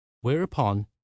Whereupon